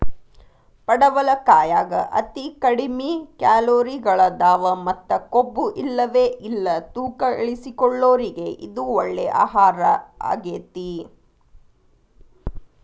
ಪಡವಲಕಾಯಾಗ ಅತಿ ಕಡಿಮಿ ಕ್ಯಾಲೋರಿಗಳದಾವ ಮತ್ತ ಕೊಬ್ಬುಇಲ್ಲವೇ ಇಲ್ಲ ತೂಕ ಇಳಿಸಿಕೊಳ್ಳೋರಿಗೆ ಇದು ಒಳ್ಳೆ ಆಹಾರಗೇತಿ